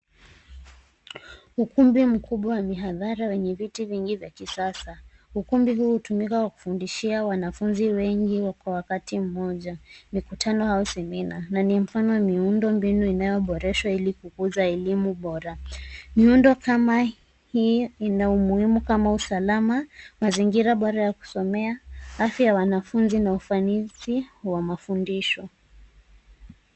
Ukumbi mkubwa wa mihadhara wenye viti vingi vya kisasa. Ukumbi huu hutumika kwa kufundishia wanafunzi wengi kwa wakati mmoja, mikutano au semina, na ni mfano wa miundo mbinu inayoboreshwa ili kukuza elimu bora. Miundo kama hii ina umuhimu kama usalama, mazingira bora ya kusomea, afya ya wanafunzi, na ufanisi wa mafundisho.